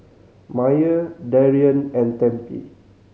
Myer Darian and Tempie